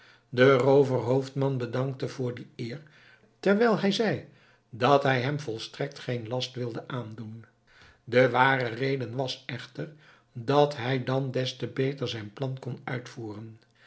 de rooverhoofdman bedankte voor die eer terwijl hij zei dat hij hem volstrekt geen last wilde aandoen de ware reden was echter dat hij dan des te beter zijn plan kon uitvoeren